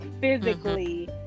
physically